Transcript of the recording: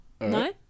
no